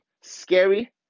scary